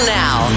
now